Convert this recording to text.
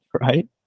Right